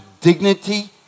dignity